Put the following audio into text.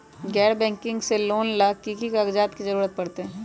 गैर बैंकिंग से लोन ला की की कागज के जरूरत पड़तै?